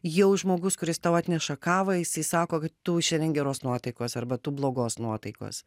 jau žmogus kuris tau atneša kavą jisai sako kad tu šiandien geros nuotaikos arba tu blogos nuotaikos